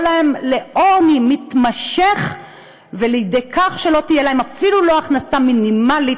להן לעוני מתמשך ולכך שלא תהיה להן אפילו הכנסה מינימלית,